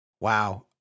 Wow